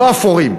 לא אפורים,